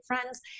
friends